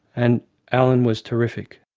and alan was terrific.